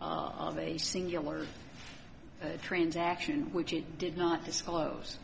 of a singular transaction which it did not disclose